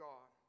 God